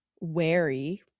wary